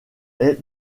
est